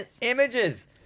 images